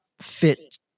fit